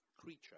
creature